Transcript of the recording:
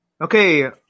Okay